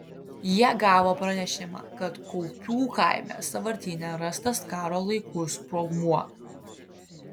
jie gavo pranešimą kad kaupių kaime sąvartyne rastas karo laikų sprogmuo